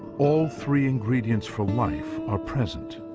all three ingredients for life are present.